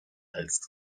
als